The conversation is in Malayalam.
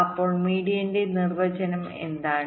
അപ്പോൾ മീഡിയന്റെ നിർവചനം എന്താണ്